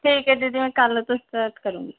ਠੀਕ ਹੈ ਦੀਦੀ ਮੈਂ ਕੱਲ੍ਹ ਤੋਂ ਸਟਾਰਟ ਕਰੂੰਗੀ